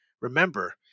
Remember